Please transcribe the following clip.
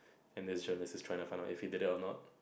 and this journalist is trying to find out if he did it or not